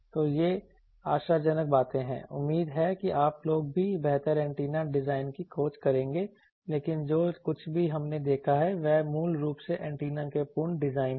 तो ये आशाजनक बातें हैं उम्मीद है कि आप लोग भी बेहतर एंटीना डिजाइन की खोज करेंगे लेकिन जो कुछ भी हमने देखा है वह मूल रूप से एंटेना के पूर्ण डिजाइन हैं